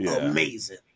Amazing